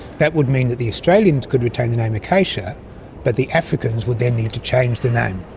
that would mean that the australians could retain the name acacia but the africans would then need to change the name.